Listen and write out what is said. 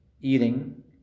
eating